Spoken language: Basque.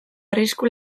arrisku